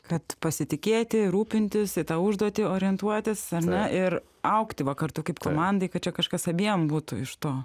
kad pasitikėti rūpintis į tą užduotį orientuotis ar ne ir augti va kartu kaip komandai kad čia kažkas abiem būtų iš to